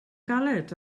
galed